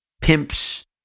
pimps